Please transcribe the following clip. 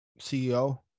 CEO